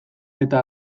eta